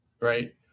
right